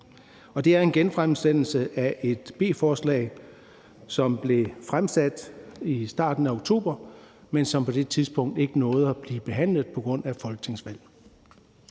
det er en genfremsættelse af et B-forslag, som blev fremsat i starten af oktober, men som på det tidspunkt ikke nåede at blive behandlet på grund af folketingsvalget.